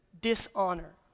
dishonor